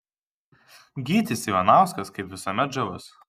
gytis ivanauskas kaip visuomet žavus